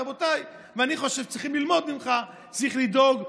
רבותיי, אני חושב שצריכים ללמוד ממך, צריך לדאוג.